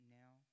now